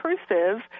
intrusive